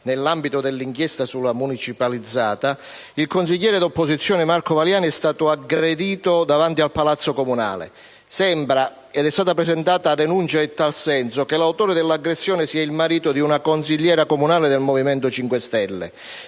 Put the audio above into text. nell'ambito dell'inchiesta sulla municipalizzata, il consigliere di opposizione Marco Valiani è stato aggredito davanti al palazzo comunale. Sembra - ed è stata presentata denuncia in tale senso - che l'autore dell'aggressione sia il marito di una consigliera comunale del Movimento 5 Stelle.